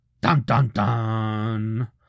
Dun-dun-dun